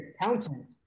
accountant